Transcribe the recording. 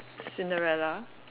Cinderella